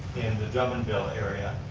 and drummondville area,